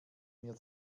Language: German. mir